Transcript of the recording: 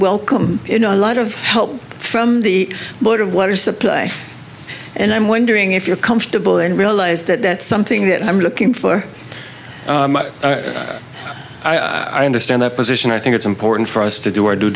welcome you know a lot of help from the board of water supply and i'm wondering if you're comfortable and realize that that's something that i'm looking for i understand that position i think it's important for us to do our due